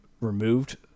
removed